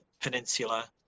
Peninsula